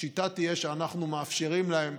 השיטה תהיה שאנחנו מאפשרים להם,